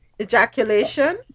ejaculation